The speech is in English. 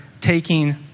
taking